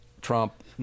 Trump